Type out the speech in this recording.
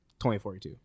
2042